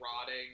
rotting